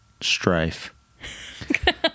strife